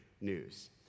news